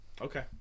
Okay